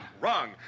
Wrong